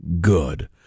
good